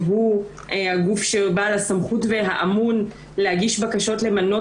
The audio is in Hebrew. שהוא הגוף בעל הסמכות האמון להגיש בקשות למנות